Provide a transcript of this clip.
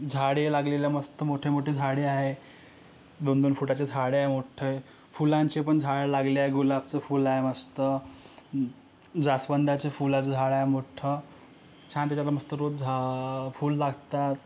झाडे लागलेलं मस्त मोठेमोठे झाडे आहे दोनदोन फुटाचे झाडे आहे मोठ्ठे फुलांचे पण झाड लागले आहे गुलाबचं फुला आहे मस्त जास्वंदाच्या फुलाचं झाड आहे मोठ्ठं छान त्याच्यावरनं मस्त रोज झ फूल लागतात